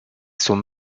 sont